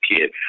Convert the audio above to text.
kid